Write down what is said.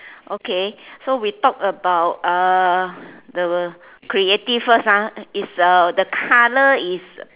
okay so we talk about uh the creative first ah is a the colour is